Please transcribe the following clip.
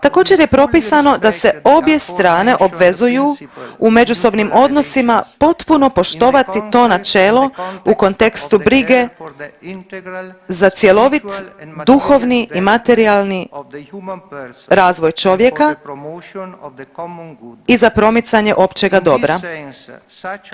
Također je propisano da se obje strane obvezuju u međusobnim odnosima potpuno poštovati to načelo u kontekstu brige za cjelovit duhovni i materijalni razvoj čovjeka i za promicanje općega dobra.